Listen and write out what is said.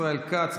ישראל כץ,